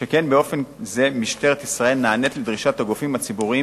שכן באופן זה משטרת ישראל נענית לדרישת הגופים הציבוריים